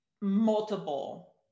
multiple